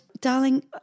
Darling